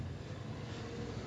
ya just take one bus can already